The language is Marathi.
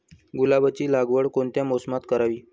गुलाबाची लागवड कोणत्या मोसमात करावी?